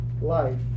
life